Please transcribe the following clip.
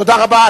תודה רבה.